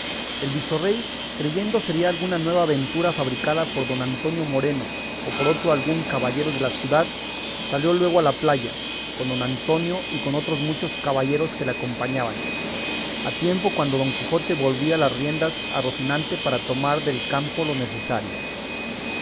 el visorrey creyendo sería alguna nueva aventura fabricada por don antonio moreno o por otro algún caballero de la ciudad salió luego a la playa con don antonio y con otros muchos caballeros que le acompañaban a tiempo cuando don quijote volvía las riendas a rocinante para tomar del campo lo necesario